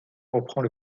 reprend